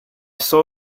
saw